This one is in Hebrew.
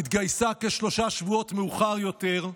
התגייסה כשלושה שבועות מאוחר יותר.